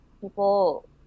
people